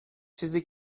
چیزی